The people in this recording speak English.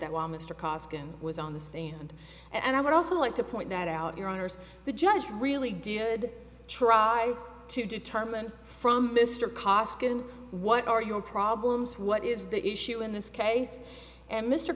costin was on the stand and i would also like to point that out your honour's the judge really did try to determine from mr koskinen what are your problems what is the issue in this case and mr